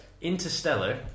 Interstellar